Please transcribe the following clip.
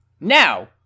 now